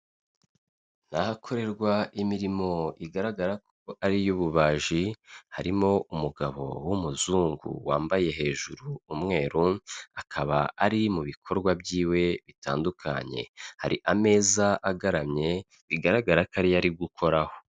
Ni ahakorerwa imirimo igaragara ko ari iy'ububaji harimo umugabo w'umuzungu wambaye hejuru umweru, akaba ari mu bikorwa byiwe bitandukanye, hari ameza agaramye bigaragara ko ariyo gukoraho.